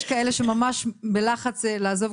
יש כאלה שממש בלחץ לעזוב,